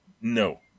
No